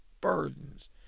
burdens